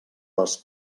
les